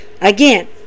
Again